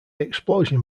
explosion